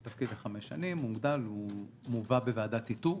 התפקיד לחמש שנים, הוא נבחר בוועדת איתור.